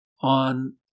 on